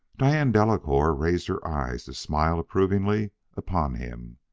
diane delacouer raised her eyes to smile approvingly upon him.